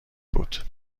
بود